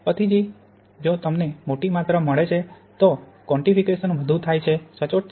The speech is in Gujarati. પછીથી જો તમને મોટી માત્રા મળે છે તો ક્વોન્ટીફિકેશન વધુ થાય છે સચોટ